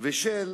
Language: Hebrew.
וגם של